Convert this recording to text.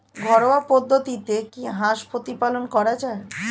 ঘরোয়া পদ্ধতিতে কি হাঁস প্রতিপালন করা যায়?